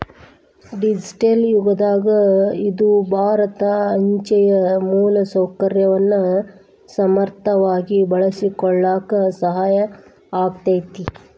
digital ಯುಗದಾಗ ಇದು ಭಾರತ ಅಂಚೆಯ ಮೂಲಸೌಕರ್ಯವನ್ನ ಸಮರ್ಥವಾಗಿ ಬಳಸಿಕೊಳ್ಳಾಕ ಸಹಾಯ ಆಕ್ಕೆತಿ